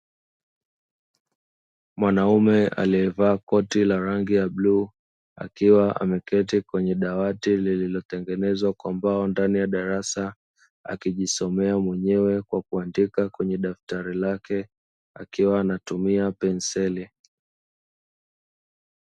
Mwanaume aliye vaa koti la rangi ya bluu, akiwa ameketi kwenye dawati lililo tengenezwa kwa mbao ndani ya darasa, akijisomea mwenyewe kwa kuandika kwenye daftari lake akiwa anatumia penseli.